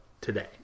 today